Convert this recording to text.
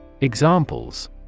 Examples